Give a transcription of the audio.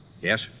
Yes